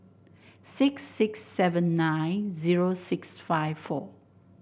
six six seven nine zero six five four